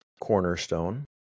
cornerstone